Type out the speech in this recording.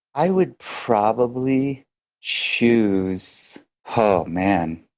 i would probably choose oh, man.